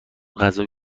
غذای